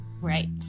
Right